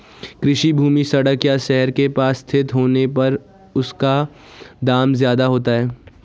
कृषि भूमि सड़क या शहर के पास स्थित होने पर उसका दाम ज्यादा होता है